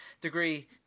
degree